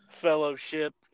fellowship